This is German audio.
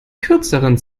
kürzeren